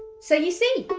so you see,